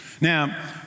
Now